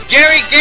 Gary